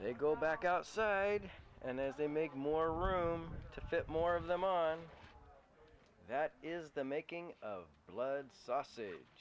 i'll go back outside and there's a make more room to fit more of them on that is the making of blood sausage